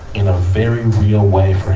in a very real way